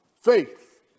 Faith